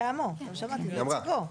זה מה שאמרתי, או נציגו.